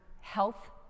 health